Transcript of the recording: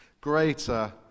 greater